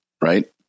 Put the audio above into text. Right